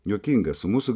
juokinga su mūsų